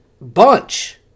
bunch